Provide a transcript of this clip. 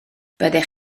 byddech